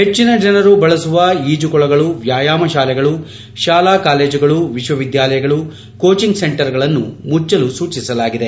ಹೆಚ್ಚಿನ ಜನರು ಬಳಸುವ ಈಜುಕೊಳಗಳು ವ್ಯಾಯಾಮ ಶಾಲೆಗಳು ಶಾಲಾ ಕಾಲೇಜುಗಳು ವಿಶ್ವವಿದ್ಯಾಲಯಗಳು ಕೋಚಿಂಗ್ ಸೆಂಟರ್ಗಳನ್ನು ಮುಚ್ಲಲು ಸೂಚಿಸಲಾಗಿದೆ